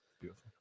beautiful